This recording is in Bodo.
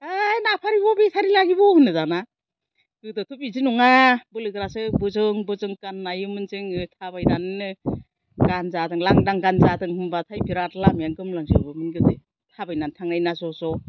हो नापारिब' बेटारि लागिब' होनो दाना गोदोथ' बिदि नङा बोलो गोरासो बोजों बोजों गान नायोमोन जोङो थाबायनानैनो गान जादों लांदां गान जादों होनबाथाय लामायानो बिरात गोमलांजोबोमोन गोदो थाबायनानै थांनाय ना ज' ज'